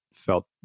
felt